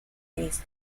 these